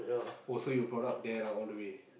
oh so you brought up there lah all the way